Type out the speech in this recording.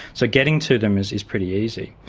so getting to them is is pretty easy.